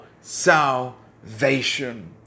salvation